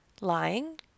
Lying